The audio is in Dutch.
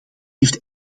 heeft